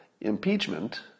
impeachment